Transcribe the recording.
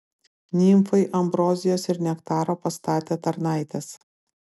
nimfai ambrozijos ir nektaro pastatė tarnaitės